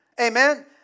Amen